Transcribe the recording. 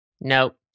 Nope